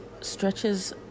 stretches